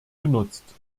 genutzt